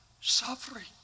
suffering